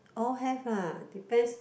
all have ah depends